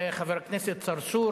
חבר הכנסת צרצור,